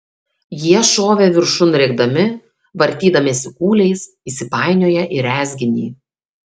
jie šovė viršun rėkdami vartydamiesi kūliais įsipainioję į rezginį